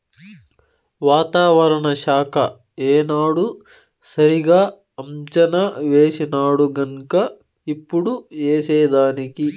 వాతావరణ శాఖ ఏనాడు సరిగా అంచనా వేసినాడుగన్క ఇప్పుడు ఏసేదానికి